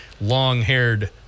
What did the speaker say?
long-haired